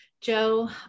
Joe